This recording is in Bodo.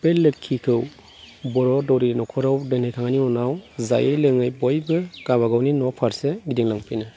बे लोक्षिखौ बर' दौरिनि न'खराव दोनहैखांनायनि उनाव जायै लोङै बयबो गावबागावनि न' फारसे गिदिंलांफिनो